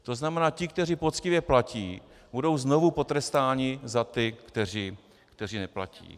To znamená ti, kteří poctivě platí, budou znovu potrestáni za ty, kteří neplatí.